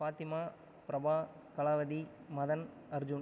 Fathima Prabha Kalavathi Madan Arjun